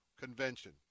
convention